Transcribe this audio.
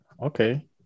Okay